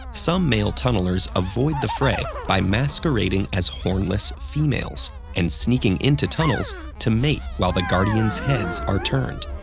um some male tunnelers avoid the fray by masquerading as hornless females and sneaking into tunnels to mate while the guardians' heads are turned.